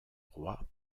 roi